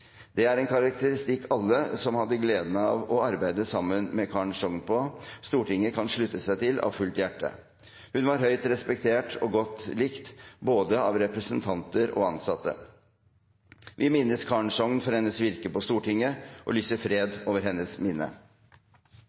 Det er en karakteristikk alle som hadde gleden av å arbeide sammen med Karen Sogn på Stortinget, kan slutte seg til av fullt hjerte. Hun var høyt respektert og godt likt av både representanter og ansatte. Vi minnes Karen Sogn for hennes virke på Stortinget og lyser fred over hennes minne.